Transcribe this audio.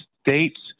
States